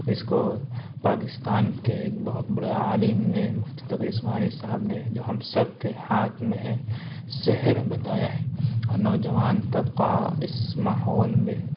اس کو پاکستان کے ایک بہت بڑے عالم نے مفتی تقی عثمانی صاحب نے جو ہم سب کے ہاتھ میں ہیں زہر بتایا ہے اور نو جوان طبقہ اس ماحول میں